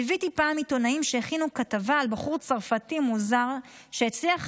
ליוויתי פעם עיתונאים שהכינו כתבה על בחור צרפתי מוזר שהצליח